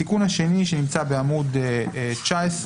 התיקון השני שנמצא בעמוד 19,